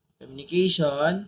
communication